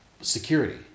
security